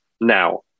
Now